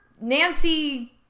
Nancy